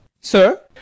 sir